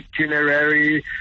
itinerary